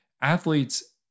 Athletes